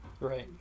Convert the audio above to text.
Right